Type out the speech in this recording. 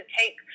take